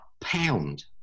pound